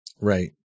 right